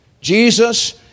jesus